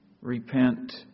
repent